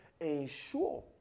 ensure